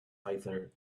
either